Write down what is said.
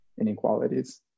inequalities